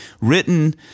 Written